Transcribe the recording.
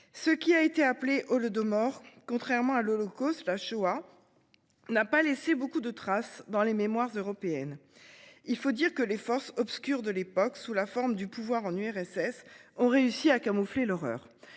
Ce qui a été appelé au lieu de mort, contrairement à l'Holocauste la Shoah. N'a pas laissé beaucoup de traces dans les mémoires européenne. Il faut dire que les forces obscures de l'époque sous la forme du pouvoir en URSS ont réussi à camoufler l'horreur